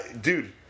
Dude